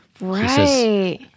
Right